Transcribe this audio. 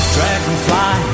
Dragonfly